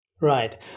Right